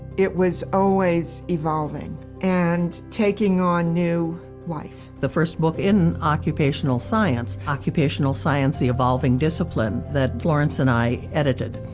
it was always evolving and taking on new life. the first book in occupational science, occupational science the evolving discipline that florence and i edited,